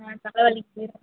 ஆ தலைவலிக்குது